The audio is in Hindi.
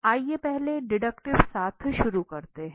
आइए पहले डिडक्टिव साथ शुरू करते हैं